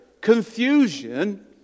confusion